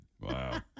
Wow